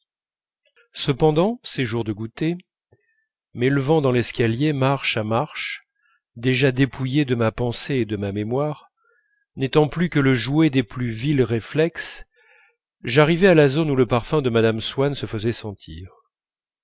cependant ces jours de goûter m'élevant dans l'escalier marche à marche déjà dépouillé de ma pensée et de ma mémoire n'étant plus que le jouet des plus vils réflexes j'arrivais à la zone où le parfum de mme swann se faisait sentir